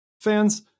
Fans